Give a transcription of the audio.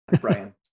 Brian